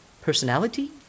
personality